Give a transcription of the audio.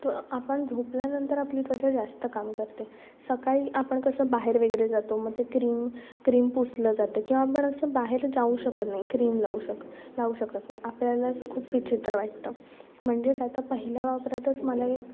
तर आपण झोपल्यानंतर आपली त्वचा जास्त काम करते सकाळी आपण कसं बाहेर वगैरे जातो मग ते क्रीम क्रीम पुसलं जातं किंवा आपण असं बाहेर जाऊ शकत नाही क्रीम लावू शक लावू शकत नाही आपल्यालाच खूप विचित्र वाटतं म्हणजे काय तर पहिल्या वापरातच मला एक